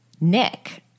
Nick